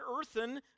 earthen